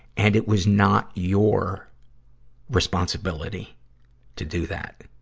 and it was not your responsibility to do that.